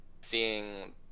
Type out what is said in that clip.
seeing